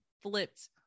flipped